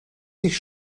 sich